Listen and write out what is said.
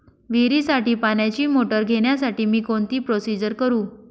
विहिरीसाठी पाण्याची मोटर घेण्यासाठी मी कोणती प्रोसिजर करु?